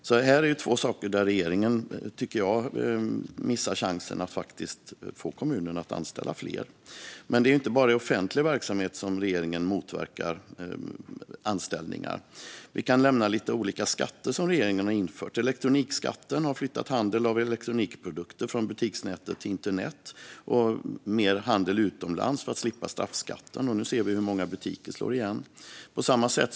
Här är, enligt mig, två möjligheter där regeringen missar chansen att få kommunerna att anställa fler. Det är inte bara i offentlig verksamhet som regeringen motverkar anställningar. Jag kan nämna några olika skatter som regeringen har infört. Elektronikskatten har flyttat handel av elektronikprodukter från butiksnätet till internet. Det har även lett till mer handel utomlands för att man ska slippa straffskatten. Nu ser vi att många butiker måste slå igen.